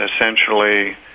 essentially